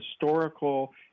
historical